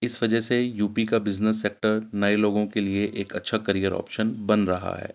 اس وجہ سے U P کا بزنس سیکٹر نئے لوگوں کے لیے ایک اچھا کریئر آپشن بن رہا ہے